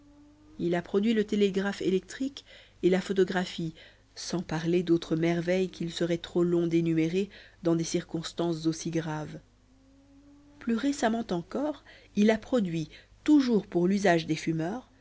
il a produit le télégraphe électrique et la photographie sans parler d'autres merveilles qu'il serait trop long d'énumérer dans des circonstances aussi graves plus récemment encore il a produit toujours pour l'usage des fumeurs